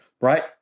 Right